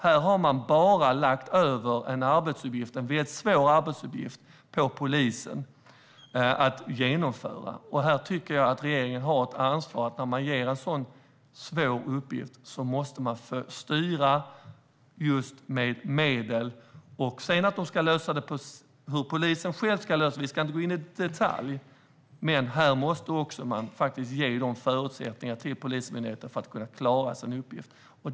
Här har man bara lagt över en mycket svår arbetsuppgift på polisen som ska genomföras. Jag tycker att regeringen har ett ansvar i detta sammanhang. När man ger en så svår uppgift måste man styra just med medel. Vi ska inte gå in i detalj på hur polisen ska lösa detta. Men här måste man ge Polismyndigheten förutsättsättningar för att den ska klara sin uppgift.